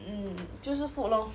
mm 就是 food lor